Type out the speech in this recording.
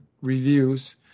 reviews